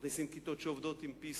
מכניסים כיתות שעובדות עם PC